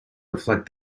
reflect